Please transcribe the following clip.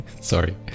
Sorry